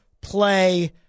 play